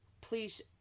please